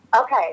okay